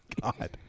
God